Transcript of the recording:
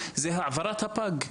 זה העברת הפג.